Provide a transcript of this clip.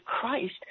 Christ